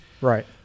right